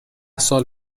سال